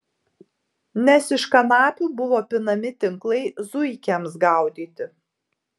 nes iš kanapių buvo pinami tinklai zuikiams gaudyti